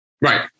Right